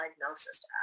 diagnosis